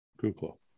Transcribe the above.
Google